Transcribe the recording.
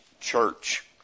church